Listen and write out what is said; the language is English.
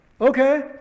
Okay